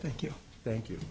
thank you thank you